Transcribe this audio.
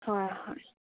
ꯍꯣꯏ ꯍꯣꯏ